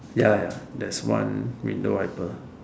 ya ya there's one window wiper